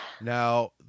Now